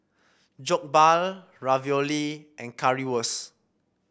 Jokbal Ravioli and Currywurst